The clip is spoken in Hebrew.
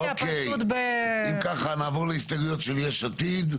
אוקי, אם ככה נעבור להסתייגויות של יש עתיד,